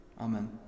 Amen